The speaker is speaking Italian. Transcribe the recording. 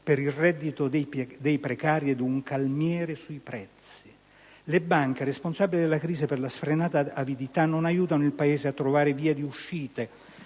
per il reddito dei precari ed un calmiere sui prezzi. Le banche, responsabili della crisi per la sfrenata avidità, non aiutano il Paese a trovare vie di uscita